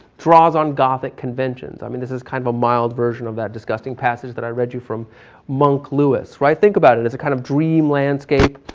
draws on gothic conventions. i mean, this is kind of a mild version of that disgusting passage that i read you from monk lewis. right? think about it. it's a kind of dream landscape,